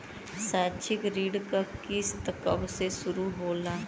शैक्षिक ऋण क किस्त कब से शुरू होला?